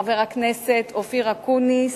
חבר הכנסת אופיר אקוניס,